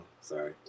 Sorry